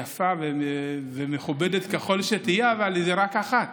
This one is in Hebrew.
יפה ומכובדת ככל שתהיה, אבל רק אחת.